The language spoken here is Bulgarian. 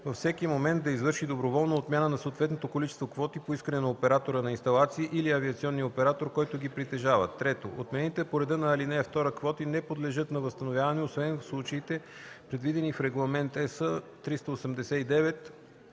във всеки момент да извърши доброволна отмяна на съответното количество квоти по искане на оператора на инсталация или авиационния оператор, който ги притежава. (3) Отменените по реда на ал. 2 квоти не подлежат на възстановяване освен в случаите, предвидени в Регламент (ЕС)